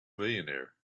millionaire